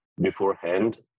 beforehand